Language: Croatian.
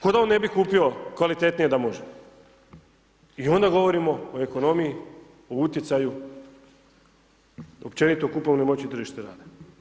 Kao da on ne bi kupio kvalitetnije da može i onda govorimo o ekonomiji, o utjecaju, općenito o kupovnoj moći tržišta rada.